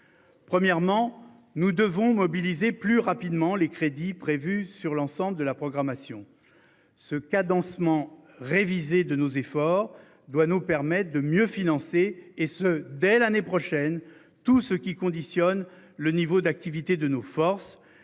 Premièrement, nous devons mobiliser plus rapidement les crédits prévus sur l'ensemble de la programmation ce cadencement révisé de nos efforts doit nous permettre de mieux financer et ce dès l'année prochaine. Tout ce qui conditionne le niveau d'activité de nos forces